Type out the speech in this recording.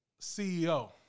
CEO